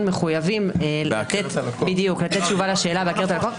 מחויבים לתת תשובה לשאלה בהכר את הלקוח,